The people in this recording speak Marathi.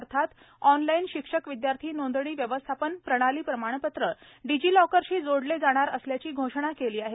अर्थात अॅनलाईन शिक्षक विदयार्थी नोंदणी व्यवस्थापन प्रणाली प्रमाणपत्रे डिजीलॉकरशी जोडले जाणार असल्याची घोषणा केली आहे